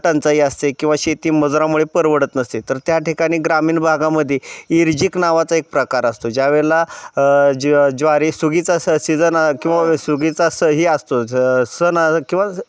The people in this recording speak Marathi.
टंचाई असते किंवा शेती मजुरामुळे परवडत नसते तर त्या ठिकाणी ग्रामीण भागामध्ये इर्जिक नावाचा एक प्रकार असतो ज्यावेळेला ज ज्वारी सुगीचा स सीजन किंवा सुगीचा स ही असतो स सण किंवा